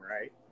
right